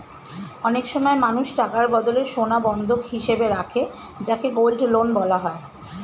অনেক সময় মানুষ টাকার বদলে সোনা বন্ধক হিসেবে রাখে যাকে গোল্ড লোন বলা হয়